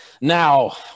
now